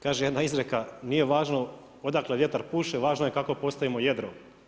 Kaže jedna izreka „Nije važno odakle vjetar puše, važno je kako postavimo jedro“